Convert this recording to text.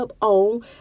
on